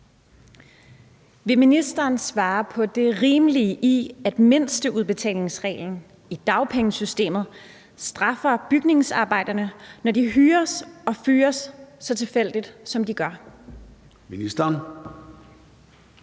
Vil ministeren svare på det rimelige i, at mindsteudbetalingsreglen i dagpengesystemet straffer bygningsarbejderne, når de hyres og fyres så tilfældigt, som de gør? Skriftlig